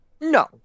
No